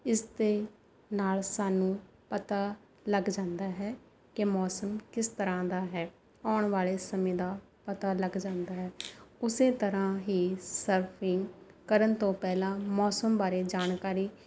ਇਸ ਦੇ ਨਾਲ ਸਾਨੂੰ ਪਤਾ ਲੱਗ ਜਾਂਦਾ ਹੈ ਕਿ ਮੌਸਮ ਕਿਸ ਤਰਾਂ ਦਾ ਹੈ ਆਉਣ ਵਾਲੇ ਸਮੇਂ ਦਾ ਪਤਾ ਲੱਗ ਜਾਂਦਾ ਹੈ ਉਸੇ ਤਰਾਂ ਹੀ ਸਰਫਿੰਗ ਕਰਨ ਤੋਂ ਪਹਿਲਾਂ ਮੌਸਮ ਬਾਰੇ ਜਾਣਕਾਰੀ